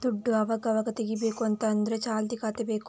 ದುಡ್ಡು ಅವಗಾವಾಗ ತೆಗೀಬೇಕು ಅಂತ ಆದ್ರೆ ಚಾಲ್ತಿ ಖಾತೆ ಬೇಕು